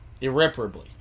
irreparably